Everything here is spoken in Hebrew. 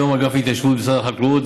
היום אגף ההתיישבות במשרד החקלאות,